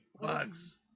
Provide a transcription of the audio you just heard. bugs